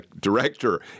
director